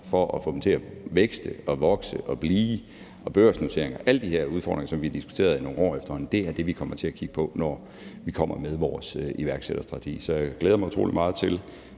med at få dem til at vækste og vokse og få børsnoteringer – alle de her udfordringer, som vi har diskuteret i nogle år efterhånden. Det er det, vi kommer til at kigge på, når vi kommer med vores iværksætterstrategi. Så jeg glæder mig utrolig meget til